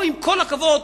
או עם כל הכבוד,